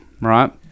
right